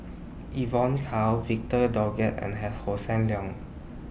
Evon Kow Victor Doggett and Hi Hossan Leong